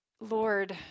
Lord